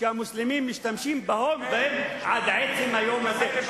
שהמוסלמים משתמשים בהם עד עצם היום הזה.